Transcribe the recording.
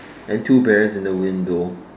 and two bears in the window